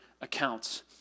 accounts